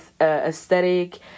aesthetic